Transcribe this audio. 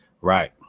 Right